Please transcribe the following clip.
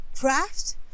craft